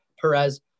Perez